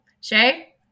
Shay